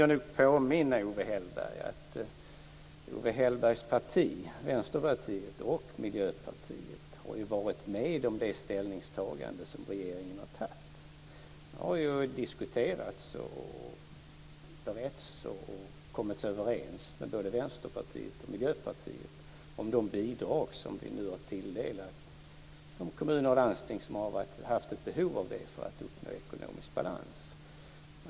Jag vill påminna Owe Hellberg att hans parti, Vänsterpartiet, och Miljöpartiet har varit med om det ställningstagande som regeringen har gjort. Det ställningstagandet har diskuterats och beretts, och regeringen har kommit överens med både Miljöpartiet och Vänsterpartiet om de bidrag som vi nu har tilldelat de kommuner och landsting som har haft ett behov av det för att uppnå ekonomisk balans.